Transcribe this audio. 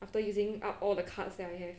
after using up all the cards that I have